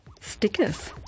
stickers